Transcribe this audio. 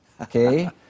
Okay